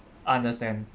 understand